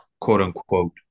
quote-unquote